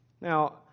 Now